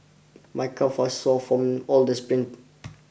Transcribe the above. my calves are sore from all the sprints